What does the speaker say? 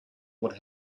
what